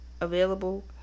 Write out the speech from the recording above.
available